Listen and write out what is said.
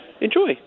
enjoy